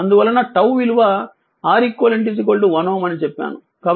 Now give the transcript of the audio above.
అందువలన 𝝉 విలువ Req 1 Ω అని చెప్పాను కాబట్టి 𝝉 0